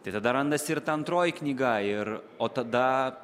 tai tada randasi ir ta antroji knyga ir o tada